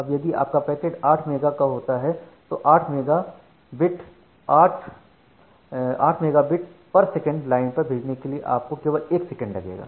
अब यदि आपका पैकेट 8 मेगा का होता है तो 8 mega bit 8 mega bit per second line पर भेजने के लिए आपको केवल 1 सेकंड लगेगा